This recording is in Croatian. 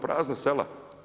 Prazna sela.